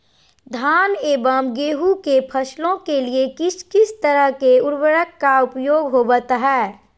धान एवं गेहूं के फसलों के लिए किस किस तरह के उर्वरक का उपयोग होवत है?